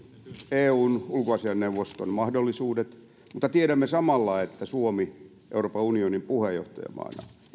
eun ulkoasianneuvoston mahdollisuudet mutta tiedämme samalla että suomi euroopan unionin puheenjohtajamaana